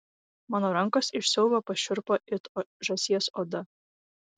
mano rankos iš siaubo pašiurpo it žąsies oda